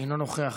אינו נוכח,